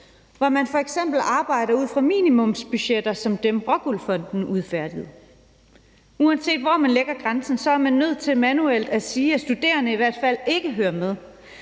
hvor man f.eks. arbejder ud fra minimumsbudgetter som dem, ROCKWOOL Fonden udfærdiger. Uanset hvor man lægger grænsen, er man nødt til manuelt at sige, at studerende i hvert fald ikke hører med,